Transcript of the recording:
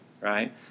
right